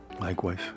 Likewise